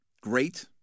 great